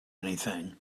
anything